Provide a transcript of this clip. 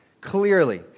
clearly